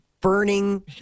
burning